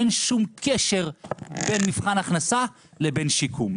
אין שום קשר בין מבחן הכנסה לבין שיקום.